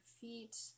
feet